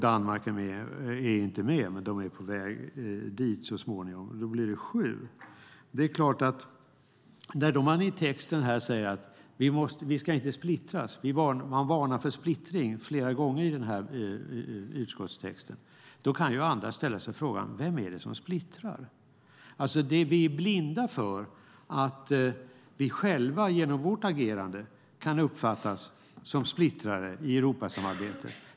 Danmark är inte med, men de är på väg ditåt, och då blir det så småningom sju av våra grannländer som är med. Man varnar för splittring flera gånger i utskottstexten. Då kan andra ställa sig frågan: Vem är det som splittrar? Vi är blinda för att vi själva genom vårt agerande kan uppfattas som splittrare i Europasamarbetet.